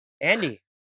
Andy